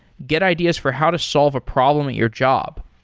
get ideas for how to solve a problem at your job.